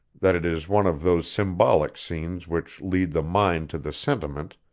that it is one of those symbolic scenes which lead the mind to the sentiment,